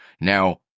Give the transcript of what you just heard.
Now